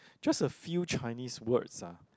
just a few Chinese words ah